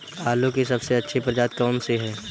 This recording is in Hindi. आलू की सबसे अच्छी प्रजाति कौन सी है?